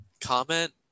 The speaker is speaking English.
Comment